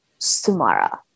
Sumara